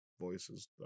voices